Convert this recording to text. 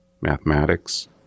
mathematics